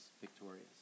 victorious